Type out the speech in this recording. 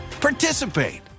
participate